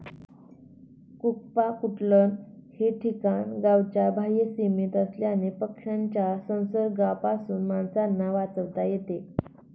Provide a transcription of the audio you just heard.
कुक्पाकुटलन हे ठिकाण गावाच्या बाह्य सीमेत असल्याने पक्ष्यांच्या संसर्गापासून माणसांना वाचवता येते